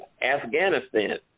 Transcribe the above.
afghanistan